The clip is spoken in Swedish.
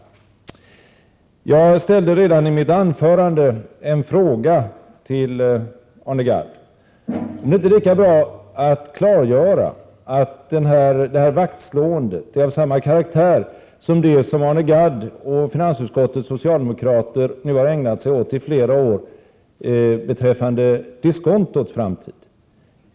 59 Jag ställde redan i mitt anförande en fråga till Arne Gadd: Är det inte lika bra att klargöra att det här vaktslåendet är av samma karaktär som det som Arne Gadd och finansutskottets socialdemokrater nu har ägnat sig åt i flera år beträffande diskontots framtid?